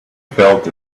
felt